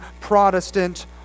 Protestant